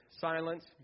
Silence